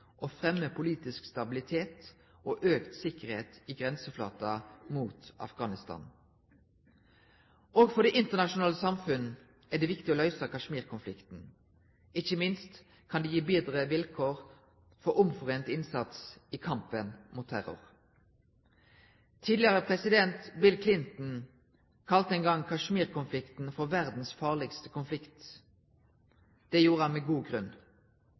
politisk stabilitet og økt sikkerhet i grenseflaten mot Afghanistan. Også for det internasjonale samfunn er det viktig å løse Kashmir-konflikten. Ikke minst kan det gi bedre vilkår for omforent innsats i kampen mot terror. Tidligere president Bill Clinton kalte en gang Kashmir-konflikten for verdens farligste konflikt. Det gjorde han med god grunn.